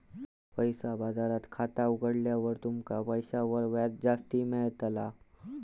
पैसा बाजारात खाता उघडल्यार तुमका पैशांवर व्याज जास्ती मेळताला